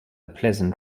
pleasant